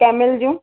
camel जूं